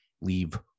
leave